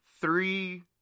three